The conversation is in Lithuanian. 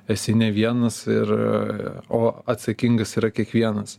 esi ne vienas ir o atsakingas yra kiekvienas